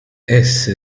esse